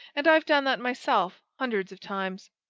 and i've done that myself, hundred of times.